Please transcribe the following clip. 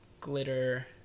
Glitter